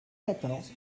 quatorze